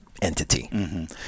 entity